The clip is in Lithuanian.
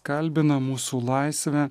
kalbina mūsų laisvę